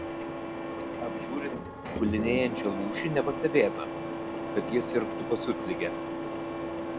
apžiūrint gulinėjančią lūšį nepastebėta kad ji sirgtų pasiutlige